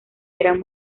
eran